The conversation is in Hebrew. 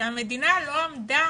שהמדינה לא עמדה